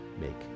make